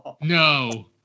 No